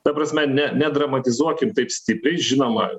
ta prasme ne nedramatizuokim taip stipriai žinoma